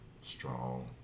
Strong